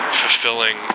fulfilling